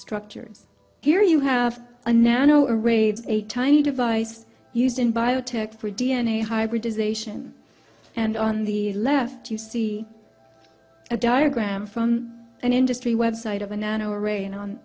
structures here you have a nano arrayed a tiny device used in biotech for d n a hybridisation and on the left you see a diagram from an industry website of